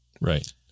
Right